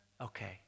Okay